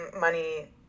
money